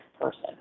person